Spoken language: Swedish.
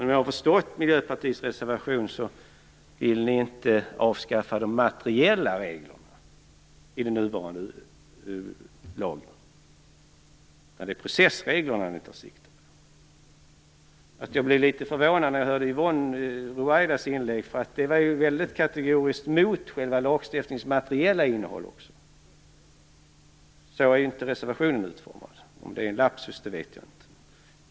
Om jag har förstått Miljöpartiets reservation rätt vill ni inte avskaffa de materiella reglerna i den nuvarande lagen, utan det är processreglerna ni tar sikte på. Att jag blev litet förvånad när jag hörde Yvonne Ruwaidas inlägg beror på att hon uttalade sig mycket kategoriskt mot lagstiftningens materiella innehåll. Så är inte reservationen utformad. Om det är en lapsus vet jag inte.